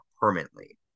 permanently